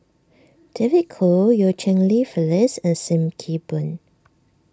David Kwo Eu Cheng Li Phyllis and Sim Kee Boon